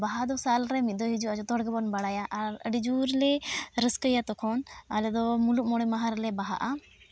ᱵᱟᱦᱟᱫᱚ ᱥᱟᱞᱨᱮ ᱢᱤᱫ ᱫᱷᱟᱹᱣ ᱦᱤᱡᱩᱜᱼᱟ ᱡᱚᱛᱚ ᱦᱚᱲ ᱜᱮᱵᱚᱱ ᱵᱟᱲᱟᱭᱟ ᱟᱨ ᱟᱹᱰᱤ ᱡᱳᱨᱞᱮ ᱨᱟᱹᱥᱠᱟᱹᱭᱟ ᱛᱚᱠᱷᱚᱱ ᱟᱞᱮᱫᱚ ᱢᱩᱞᱩᱜ ᱢᱚᱬᱮ ᱵᱟᱦᱟ ᱨᱮᱞᱮ ᱵᱟᱦᱟᱜᱼᱟ